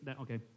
okay